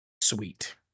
Sweet